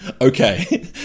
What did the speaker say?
Okay